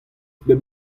bep